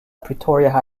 pretoria